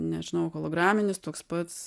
nežinau holograminis toks pats